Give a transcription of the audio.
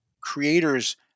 creators